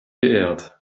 geehrt